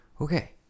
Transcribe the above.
Okay